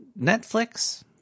Netflix